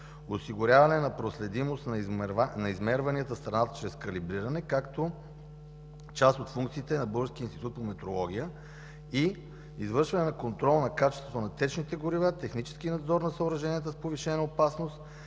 осигуряване на проходимост на измерванията в страната чрез калибриране, както и част от функциите на Българския институт по метрология и извършване на контрол на качеството на течните горива; технически надзор на съоръженията с повишена опасност;